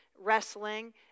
wrestling